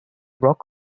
rock